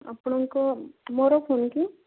ଆପଣଙ୍କ ମୋର ଫୋନ୍ କି